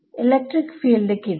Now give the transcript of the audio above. electric field കിട്ടി